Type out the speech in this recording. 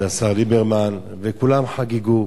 זה השר ליברמן, וכולם חגגו.